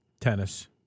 Tennis